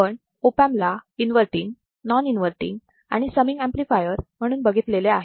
आपण ओपअँपला inverting non inverting आणि समिंग ऍम्प्लिफायर म्हणून बघितलेले आहे